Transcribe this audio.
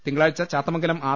തിങ്കളാഴ്ച ചാത്തമം ഗലം ആർ